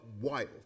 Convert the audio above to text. wild